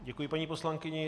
Děkuji paní poslankyni.